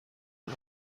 ماه